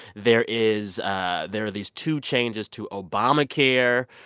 there is ah there are these two changes to obamacare,